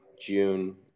June